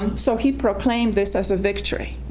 so he proclaimed this as a victory,